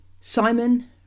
Simon